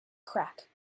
crack